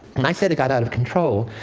when i said it got out of control,